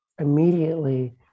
immediately